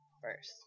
first